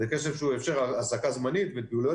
זה כסף שאפשר העסקה זמנית ופעילויות